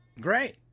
Great